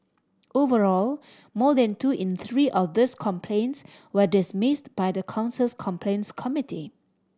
overall more than two in three of these complaints were dismissed by the council's complaints committee